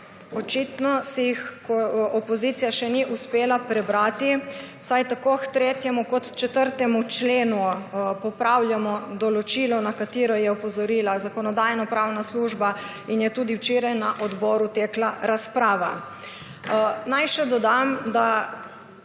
Očitno si jih opozicija še ni uspela prebrati, saj tako v 3. kot 4. členu popravljamo določilo, na katero je opozorila Zakonodajno-pravna služba in je tudi včeraj na odboru tekla razprava. Naj še dodam, da